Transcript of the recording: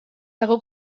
dago